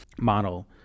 model